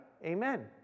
Amen